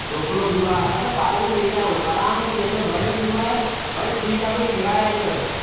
ढोकलो थींदो आहे असां त पारक में वेहंदा आहियूं आराम सां जंहिंजो बडे थींदो आहे भई ठीकु आहे भई लॻाए अॼु